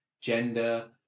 gender